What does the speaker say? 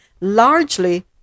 largely